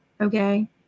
Okay